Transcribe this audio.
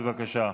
בבקשה.